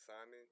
Simon